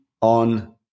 on